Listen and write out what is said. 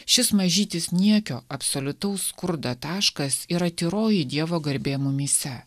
šis mažytis niekio absoliutaus skurdo taškas yra tyroji dievo garbė mumyse